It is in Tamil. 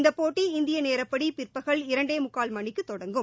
இந்தப் போட்டி இந்திய நேரப்படி பிற்பகல் இரண்டே முக்கால் மணிக்கு தொடங்கும்